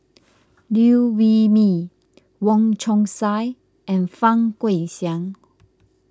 Liew Wee Mee Wong Chong Sai and Fang Guixiang